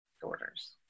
disorders